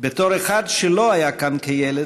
בתור אחד שלא היה כאן כילד: